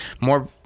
more